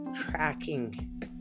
tracking